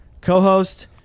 co-host